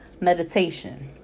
meditation